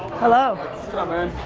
hello. sup,